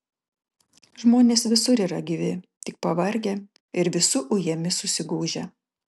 žmonės visur yra gyvi tik pavargę ir visų ujami susigūžę